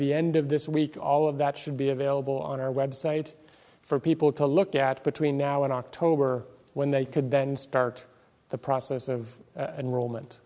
the end of this week all of that should be available on our website for people to look at between now and october when they could then start the process of